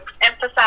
emphasize